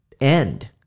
end